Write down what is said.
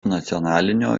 nacionalinio